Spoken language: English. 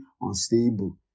unstable